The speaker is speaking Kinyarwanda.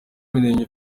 mirenge